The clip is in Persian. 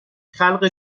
خلق